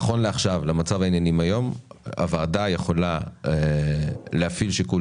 נכון למצב העניינים היום הוועדה יכולה להפעיל שיקול